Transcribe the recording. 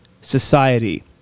Society